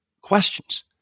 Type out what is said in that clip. questions